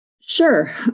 Sure